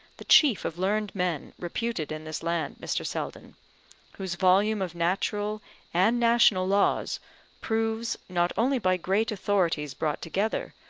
the chief of learned men reputed in this land, mr. selden whose volume of natural and national laws proves, not only by great authorities brought together,